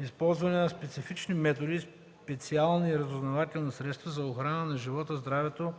използване на специфични методи и специални разузнавателни средства за охрана на живота, здравето